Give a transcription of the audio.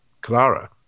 Clara